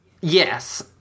Yes